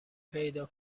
پیدا